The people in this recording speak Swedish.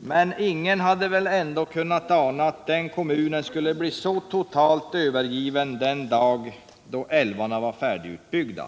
men ingen hade väl ändå anat att kommunen skulle bli så totalt övergiven den dag älvarna var färdigutbyggda.